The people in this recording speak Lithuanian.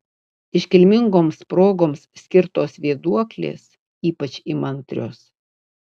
iškilmingoms progoms skirtos vėduoklės ypač įmantrios